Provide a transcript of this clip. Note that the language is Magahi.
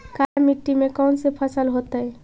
काला मिट्टी में कौन से फसल होतै?